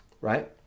Right